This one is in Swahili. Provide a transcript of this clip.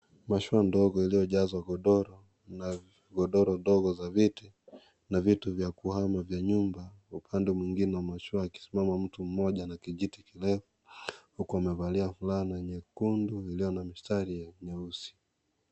Mashua ndogo iliyojazwa godoro na godoro ndogo za viti na vitu vya kuhamia vya nyumba, upande mwingine wa mashua akisimama mtu mmoja na kijiti kirefu, huku amevalia fulana nyekundu iliyo na mistari nyeusi.